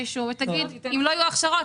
שהוא והיא תגיד שאם לא יהיו הכשרות,